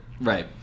right